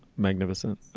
magnificent.